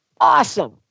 awesome